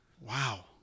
Wow